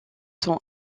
sont